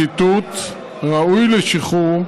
ציטוט, ראוי לשחרור,